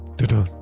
duh duh,